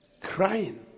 Crying